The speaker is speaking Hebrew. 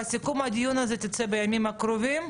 סיכום הדיון הזה יצא בימים הקרובים.